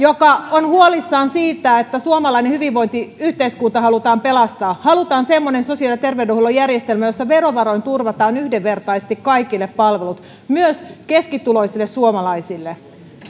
huolissaan siitä että suomalainen hyvinvointiyhteiskunta halutaan pelastaa halutaan semmoinen sosiaali ja terveydenhuollon järjestelmä jossa verovaroin turvataan yhdenvertaisesti kaikille palvelut myös keskituloisille suomalaisille